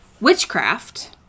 witchcraft